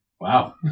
Wow